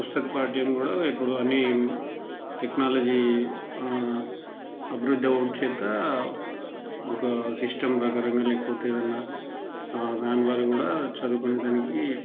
పుస్తక పాఠ్యం కూడా ఇప్పుడు అన్నీ టెక్నాలజీ అభివృద్ధి అవ్వడం చేత ఒక సిస్టమ్ ప్రకారంగా లేకపోతే ఏదన్నా దాని ద్వారా కూడా చదువుకొనడానికి